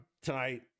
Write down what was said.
Tonight